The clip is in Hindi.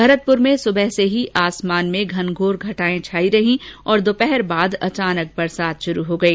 भरतपुर में सुबह से ही आसमान में घनघोर घटाएं छाई रही और दोपहर बाद अचानक बरसात शुरू हो गई